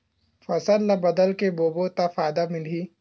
फसल ल बदल के बोबो त फ़ायदा मिलही?